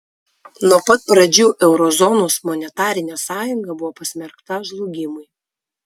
nuo pat pradžių euro zonos monetarinė sąjunga buvo pasmerkta žlugimui